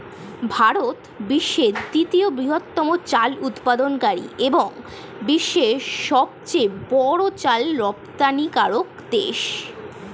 ভারত বিশ্বের দ্বিতীয় বৃহত্তম চাল উৎপাদনকারী এবং বিশ্বের সবচেয়ে বড় চাল রপ্তানিকারক দেশ